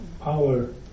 power